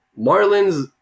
Marlins